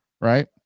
right